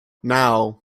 naŭ